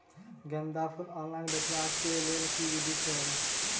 गेंदा फूल ऑनलाइन बेचबाक केँ लेल केँ विधि छैय?